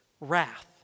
wrath